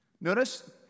notice